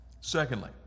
Secondly